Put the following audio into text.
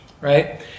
Right